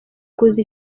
kuza